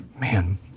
man